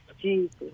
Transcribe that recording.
Jesus